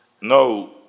no